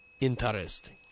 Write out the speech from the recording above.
interesting